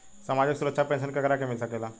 सामाजिक सुरक्षा पेंसन केकरा के मिल सकेला?